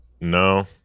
No